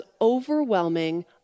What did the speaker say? overwhelming